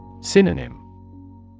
Synonym